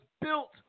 built